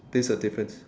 place of difference